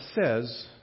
says